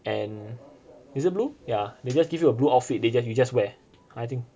and is it blue ya they just give u a blue outfit they just you just wear I think